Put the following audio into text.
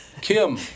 Kim